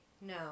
No